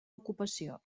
ocupació